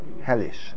hellish